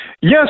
Yes